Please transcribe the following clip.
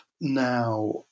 now